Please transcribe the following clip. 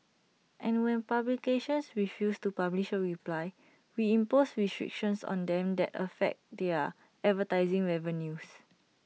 and when publications refuse to publish A reply we impose restrictions on them that affect their advertising revenues